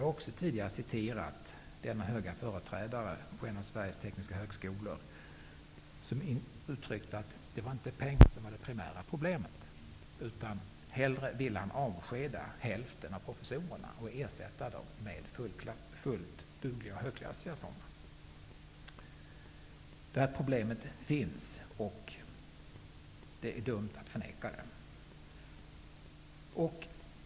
Jag har tidigare även citerat en hög företrädare på en av Sveriges tekniska högskolor som har uttryckt att det inte är pengar som är det primära problemet. Han ville hellre avskeda hälften av professorerna och ersätta dem med fullt dugliga och högklassiga sådana. Detta problem finns, och det är dumt att förneka det.